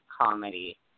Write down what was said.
comedy